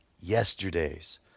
yesterday's